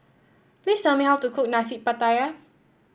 please tell me how to cook Nasi Pattaya